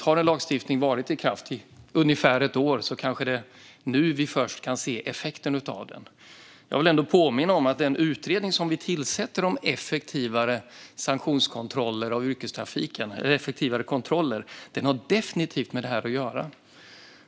Om en lagstiftning varit i kraft i ungefär ett år är det kanske först nu vi kan se effekten av den. Jag vill ändå påminna om att den utredning som vi tillsatt om effektivare kontroller av yrkestrafiken definitivt har med detta att göra.